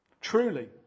Truly